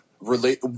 relate